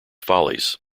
follies